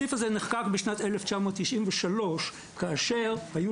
הסעיף הזה נחקק בשנת 1993 כאשר היו